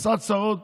עשה צרות